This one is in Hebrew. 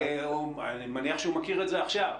אני מניח שהוא מכיר את זה עכשיו.